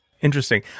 interesting